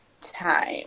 time